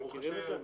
אתם מכירים את זה?